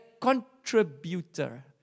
contributor